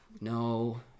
no